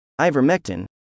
ivermectin